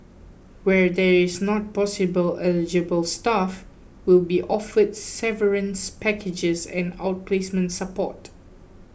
where there is not possible eligible staff will be offered severance packages and outplacement support